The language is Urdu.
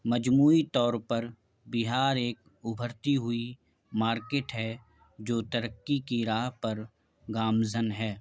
مجموعی طور پر بہار ایک ابھرتی ہوئی مارکیٹ ہے جو ترقی کی راہ پر گامزن ہے